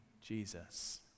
Jesus